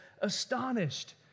astonished